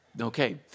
okay